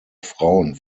frauen